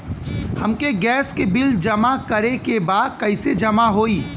हमके गैस के बिल जमा करे के बा कैसे जमा होई?